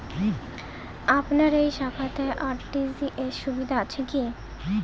আপনার এই শাখাতে আর.টি.জি.এস সুবিধা আছে কি?